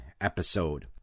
episode